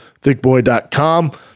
Thickboy.com